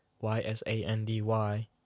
Y-S-A-N-D-Y